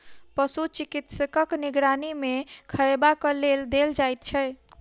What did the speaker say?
पशु चिकित्सकक निगरानी मे खयबाक लेल देल जाइत छै